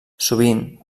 sovint